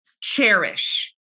cherish